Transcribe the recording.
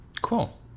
Cool